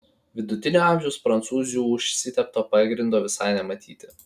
vidutinio amžiaus prancūzių užsitepto pagrindo visai nematyti